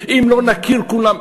אם לא נכיר כולם,